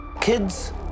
Kids